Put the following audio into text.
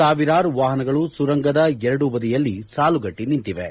ಸಾವಿರಾರು ವಾಹನಗಳು ಸುರಂಗದ ಎರಡು ಬದಿಯಲ್ಲಿ ಸಾಲುಗಟ್ಟ ನಿಂತಿವೆ